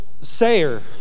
sayer